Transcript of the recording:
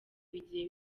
bigiye